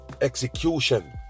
execution